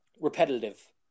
repetitive